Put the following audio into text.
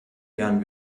jahren